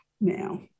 now